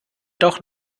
doch